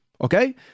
Okay